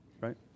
right